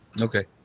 Okay